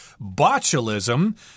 botulism